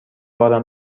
بارم